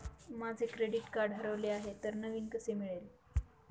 माझे credit card हरवले आहे तर नवीन कसे मिळेल?